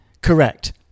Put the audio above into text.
Correct